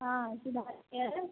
हाँ सिधारी पर हैं